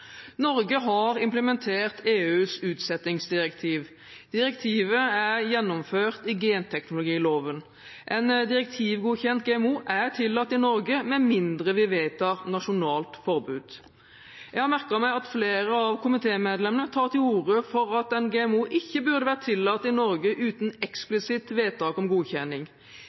Norge har implementert EUs utsettingsdirektiv. Direktivet er gjennomført i genteknologiloven. En direktivgodkjent GMO er tillatt i Norge, med mindre vi vedtar nasjonalt forbud. Jeg har merket meg at flere av komitémedlemmene tar til orde for at en GMO ikke burde være tillatt i Norge uten